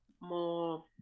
more